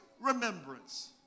remembrance